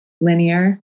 linear